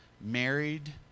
married